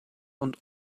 und